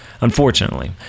unfortunately